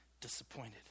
disappointed